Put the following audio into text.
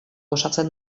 osatzen